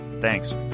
Thanks